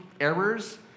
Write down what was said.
errors